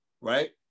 right